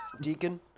Deacon